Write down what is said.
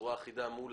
בצורה אחידה מול